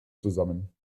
zusammen